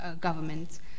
governments